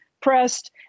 pressed